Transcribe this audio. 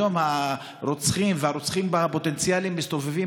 היום הרוצחים והרוצחים הפוטנציאליים מסתובבים